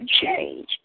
change